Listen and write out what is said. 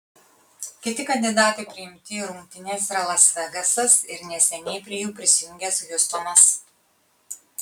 kiti kandidatai priimti į rungtynes yra las vegasas ir neseniai prie jų prisijungęs hjustonas